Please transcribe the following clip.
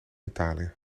italië